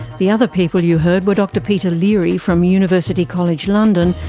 the other people you heard were dr peter leary from university college london,